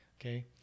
okay